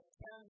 ten